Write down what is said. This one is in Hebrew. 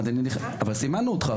אבל סימנו אותך,